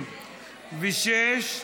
36),